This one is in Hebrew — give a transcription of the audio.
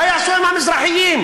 מה יעשו עם המזרחים?